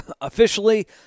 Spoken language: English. officially